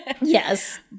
Yes